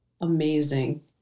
amazing